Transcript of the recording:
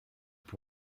pasa